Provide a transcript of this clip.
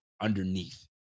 underneath